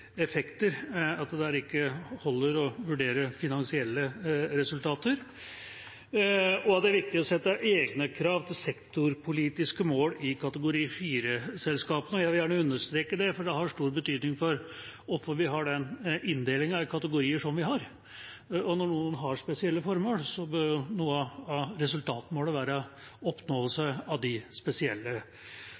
effekter, holder det ikke å vurdere finansielle resultater, og at det er viktig å sette egne krav til sektorpolitiske mål i kategori 4-selskapene. Jeg vil gjerne understreke det, for det har stor betydning for hvorfor vi har den inndelingen i kategorier som vi har. Og når noen har spesielle formål, bør jo noen av resultatmålene være oppnåelse av de spesielle